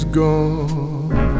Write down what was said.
gone